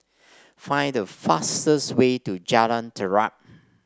find the fastest way to Jalan Terap